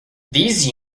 these